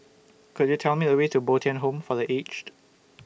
Could YOU Tell Me The Way to Bo Tien Home For The Aged